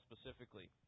specifically